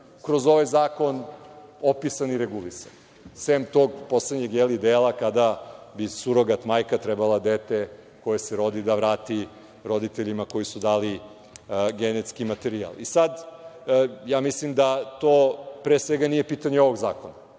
kroz ovaj zakon opisan i regulisan, sem tog poslednjeg dela kada bi surogat majka trebala dete koje se rodi da vrati roditeljima koji su dali genetski materijal. Ja mislim da to, pre svega, nije pitanje ovog zakona.